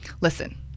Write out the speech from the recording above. Listen